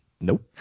Nope